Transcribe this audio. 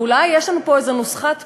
ואולי יש לנו פה איזה נוסחת פלא,